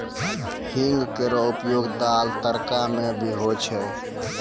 हींग केरो उपयोग दाल, तड़का म भी होय छै